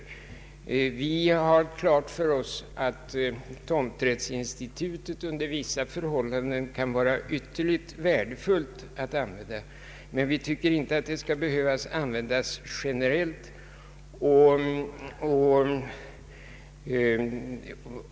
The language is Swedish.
Det står klart för oss att tomträttsinstitutet under vissa förhållanden kan vara ytterligt värdefullt att använda, men vi tycker inte att det skall behöva användas generellt.